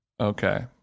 Okay